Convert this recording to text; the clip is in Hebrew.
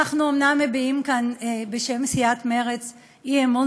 אנחנו אומנם מביעים כאן בשם סיעת מרצ אי-אמון